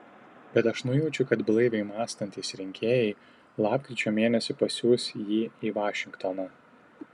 bet aš nujaučiu kad blaiviai mąstantys rinkėjai lapkričio mėnesį pasiųs jį į vašingtoną